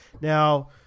Now